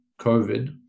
COVID